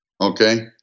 Okay